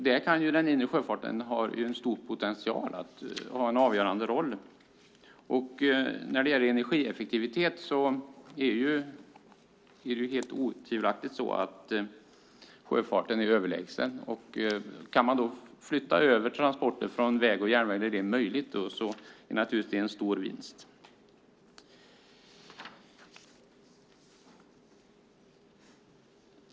Där kan den inre sjöfarten ha en stor potential och spela en avgörande roll. När det gäller energieffektivitet är sjöfarten otvivelaktigt överlägsen. Om transporter flyttas över från väg och järnväg till sjöfart där det är möjligt innebär det naturligtvis en stor vinst.